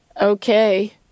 Okay